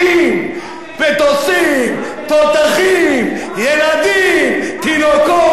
מטוסים, תותחים, ילדים, תינוקות, ערים.